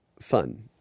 fun